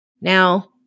Now